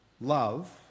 love